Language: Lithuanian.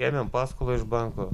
ėmėm paskolą iš banko